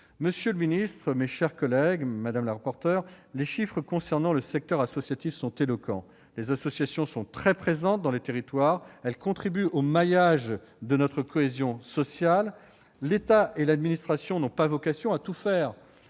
Monsieur le secrétaire d'État, mes chers collègues, les chiffres concernant le secteur associatif sont éloquents. Les associations sont très présentes dans les territoires. Elles contribuent au maillage de notre cohésion sociale. L'État et l'administration n'ont pas vocation à tout faire.